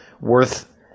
worth